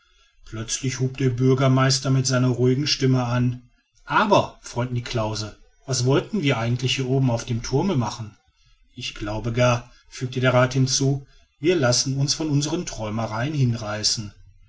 plötzlich hub der bürgermeister mit seiner ruhigen stimme an aber freund niklausse was wollten wir eigentlich hier oben auf dem thurme machen ich glaube gar fügte der rath hinzu wir lassen uns von unseren träumereien hinreißen